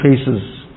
faces